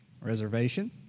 reservation